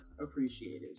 appreciated